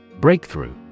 Breakthrough